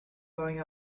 going